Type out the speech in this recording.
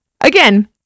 again